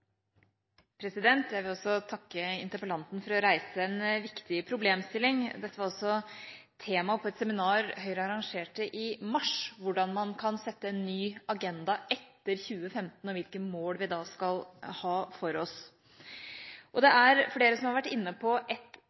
jeg vil takke interpellanten for å reise en viktig problemstilling. Dette var også temaet på et seminar Høyre arrangerte i mars – hvordan man kan sette en ny agenda etter 2015, og hvilke mål vi da skal ha for oss. Det er flere som har vært inne på et